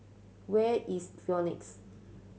where is Phoenix